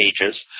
pages